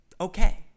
okay